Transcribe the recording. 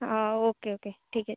ହ okay okay ଠିକ୍ ଅଛି